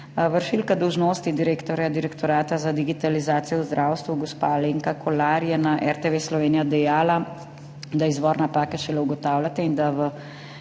Vršilka dolžnosti direktorja Direktorata za digitalizacijo v zdravstvu gospa Alenka Kolar je na RTV Slovenija dejala, da izvor napake šele ugotavljate in da v